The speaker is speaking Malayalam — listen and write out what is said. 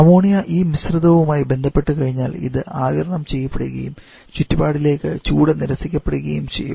അമോണിയ ഈ മിശ്രിതവുമായി ബന്ധപ്പെട്ടു കഴിഞ്ഞാൽ അത് ആഗിരണം ചെയ്യപ്പെടുകയും ചുറ്റുപാടുകളിലേക്ക് ചൂട് നിരസിക്കപ്പെടുകയും ചെയ്യും